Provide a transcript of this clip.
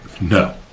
no